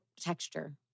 texture